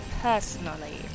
personally